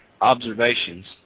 observations